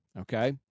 okay